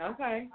Okay